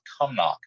Cumnock